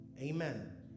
Amen